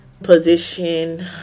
Position